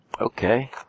Okay